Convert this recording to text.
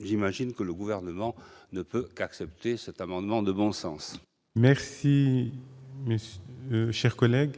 À mon sens, le Gouvernement ne peut qu'accepter cet amendement de bon sens ! Quel est l'avis